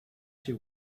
she